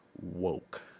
woke